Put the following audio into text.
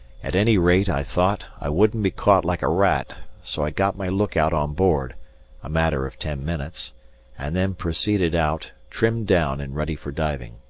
at any rate, i thought, i wouldn't be caught like a rat, so i got my look-out on board a matter of ten minutes and then proceeded out, trimmed down and ready for diving.